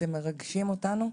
אתם מרגשים אותנו,